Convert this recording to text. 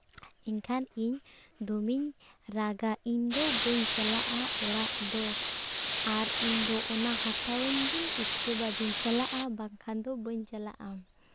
ᱮᱱᱠᱷᱟᱱ ᱤᱧ ᱫᱚᱢᱮᱧ ᱨᱟᱜᱟ ᱤᱧ ᱫᱚ ᱵᱟᱹᱧ ᱪᱟᱞᱟᱜᱼᱟ ᱚᱲᱟᱜ ᱫᱚ ᱟᱨ ᱤᱧ ᱫᱚ ᱚᱱᱟ ᱦᱟᱛᱟᱣᱟᱹᱧ ᱵᱤᱱ ᱤᱥᱠᱮᱵᱟᱫᱽ ᱤᱧ ᱪᱟᱞᱟᱜᱼᱟ ᱵᱟᱝᱠᱷᱟᱱ ᱫᱚ ᱵᱟᱹᱧ ᱪᱟᱞᱟᱜᱼᱟ